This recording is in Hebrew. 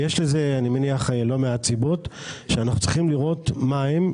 יש לכך לא מעט סיבות שאנחנו צריכים לראות מהן,